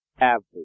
average